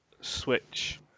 Switch